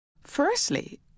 Firstly